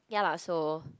ya lah so